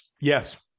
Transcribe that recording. Yes